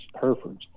Herefords